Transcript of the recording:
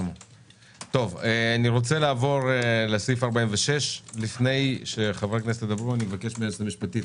אני רוצה לעבור לסעיף 46. אבקש מהיועצת המשפטית